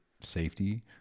safety